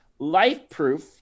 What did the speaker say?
LifeProof